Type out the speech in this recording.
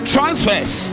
Transfers